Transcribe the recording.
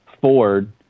Ford